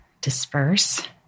disperse